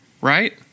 Right